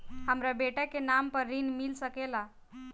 हमरा बेटा के नाम पर ऋण मिल सकेला?